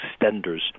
extenders